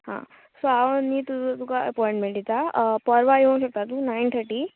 हा सो हांव न्ही तुजो तुका अपॉयणमॅण दितां परवां येवंक शकता तूं णायण थटी